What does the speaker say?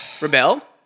Rebel